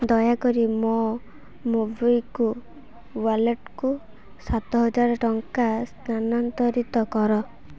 ଦୟାକରି ମୋ ମୋବିକ୍ଵିକୁ ୱାଲେଟ୍କୁ ସାତହଜାର ଟଙ୍କା ସ୍ଥାନାନ୍ତରିତ କର